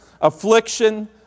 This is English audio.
affliction